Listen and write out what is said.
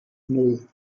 nan